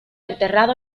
enterrado